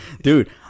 dude